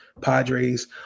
Padres